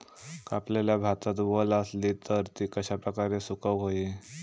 कापलेल्या भातात वल आसली तर ती कश्या प्रकारे सुकौक होई?